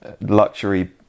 luxury